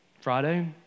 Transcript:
Friday